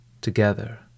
together